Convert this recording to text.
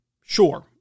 Sure